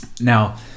Now